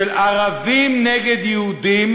של ערבים נגד יהודים,